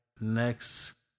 next